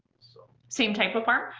so same type of farm?